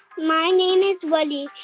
my name is woody.